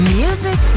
music